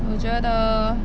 我觉得